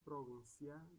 provincial